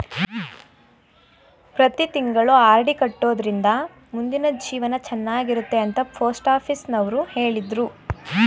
ಪ್ರತಿ ತಿಂಗಳು ಆರ್.ಡಿ ಕಟ್ಟೊಡ್ರಿಂದ ಮುಂದಿನ ಜೀವನ ಚನ್ನಾಗಿರುತ್ತೆ ಅಂತ ಪೋಸ್ಟಾಫೀಸುನವ್ರು ಹೇಳಿದ್ರು